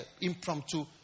impromptu